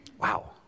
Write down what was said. Wow